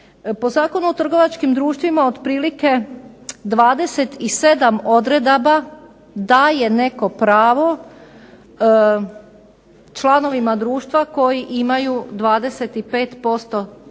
Po Zakonu o trgovačkim društvima otprilike 27 odredaba daje neko pravo članovima društva koji imaju 25% kapitala